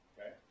Okay